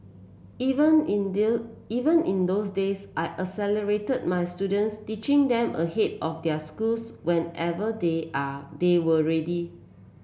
even in deal even in those days I accelerated my students teaching them ahead of their schools whenever they are they were ready